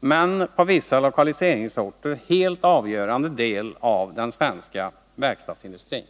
men på vissa lokaliseringsorter helt avgörande del av den svenska verkstadsindustrin.